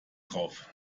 drauf